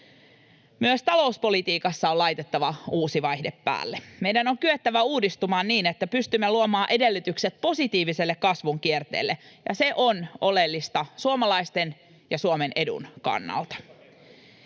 Myös talouspolitiikassa on laitettava uusi vaihde päälle. Meidän on kyettävä uudistumaan niin, että pystymme luomaan edellytykset positiiviselle kasvun kierteelle. Se on oleellista suomalaisten ja Suomen edun kannalta.